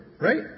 right